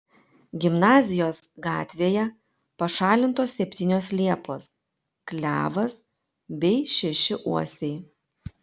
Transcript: gimnazijos gatvėje pašalintos septynios liepos klevas bei šeši uosiai